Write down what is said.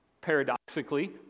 paradoxically